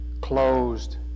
closed